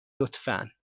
لطفا